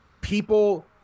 people